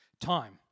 time